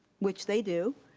which they do,